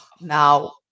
now